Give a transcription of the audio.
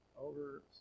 over